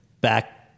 back